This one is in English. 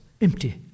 empty